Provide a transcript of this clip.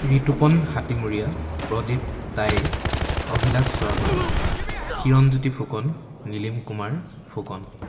ঋতুপন হাতীমুৰীয়া প্ৰদীপ টাই অভিলাষ শৰ্মা হিৰণজ্যোতি ফুকন নীলিম কুমাৰ ফুকন